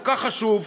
הכל-כך חשוב,